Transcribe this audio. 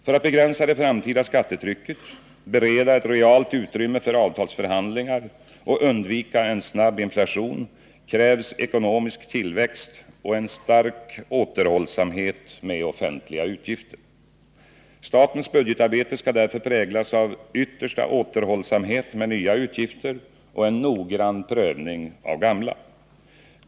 För att begränsa det framtida skattetrycket, bereda ett realt utrymme för avtalsförhandlingar och undvika en snabb inflation krävs ekonomisk tillväxt och en stark återhållsamhet med offentliga utgifter. Statens budgetarbete skall därför präglas av yttersta återhållsamhet med nya utgifter och av noggrann prövning av gamla.